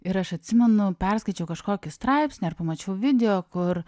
ir aš atsimenu perskaičiau kažkokį straipsnį ar pamačiau video kur